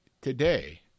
today